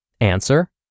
Answer